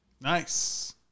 Nice